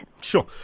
Sure